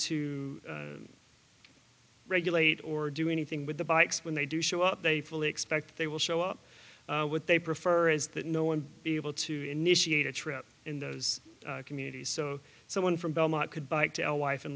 to regulate or do anything with the bikes when they do show up they fully expect they will show up what they prefer is that no one be able to initiate a trip in those communities so someone from belmont could bike to a wife and